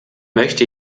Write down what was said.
möchte